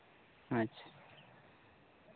ᱟᱪᱪᱷᱟ